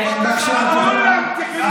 כולם צריכים להתגייס,